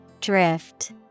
Drift